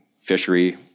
fishery